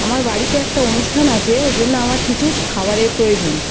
আমার বাড়িতে একটা অনুষ্ঠান আছে ওই জন্য আমার কিছু খাবারের প্রয়োজন